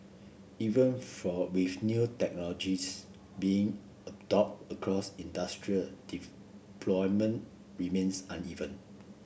even for with new technologies being adopted across industry deployment remains uneven